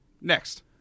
Next